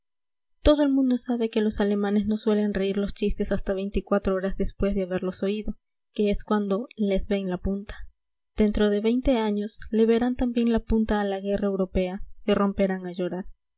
todo el mundo sabe que los alemanes no suelen reír los chistes hasta veinticuatro horas después de haberlos oído que es cuando les ven la punta dentro de veinte años le verán también la punta a la guerra europea y romperán a llorar